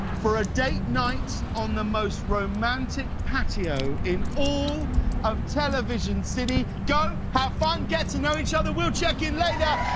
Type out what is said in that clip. for a date night on the most romantic patio in all of television city. go have fun, get to know each other. we'll check in later.